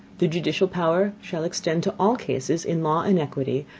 the judicial power shall extend to all cases, in law and equity,